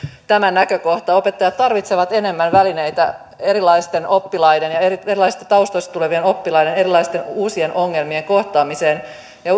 tämä näkökohta opettajat tarvitsevat enemmän välineitä erilaisten oppilaiden erilaisista taustoista tulevien oppilaiden ja erilaisten uusien ongelmien kohtaamiseen